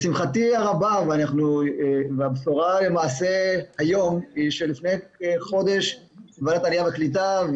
לשמחתי הרבה והבשורה למעשה היום היא שלפני חודש ועדת העלייה והקליטה,